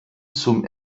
zum